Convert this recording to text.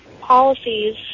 policies